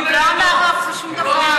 הוא לא אמר שום דבר.